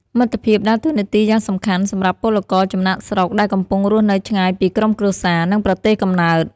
មិត្តភាពដើរតួនាទីយ៉ាងសំខាន់សម្រាប់ពលករចំណាកស្រុក ដែលកំពុងរស់នៅឆ្ងាយពីក្រុមគ្រួសារ និងប្រទេសកំណើត ។